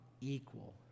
equal